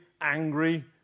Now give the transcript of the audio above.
angry